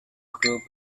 group